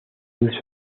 luz